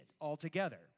altogether